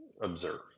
observe